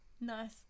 Nice